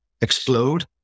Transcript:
explode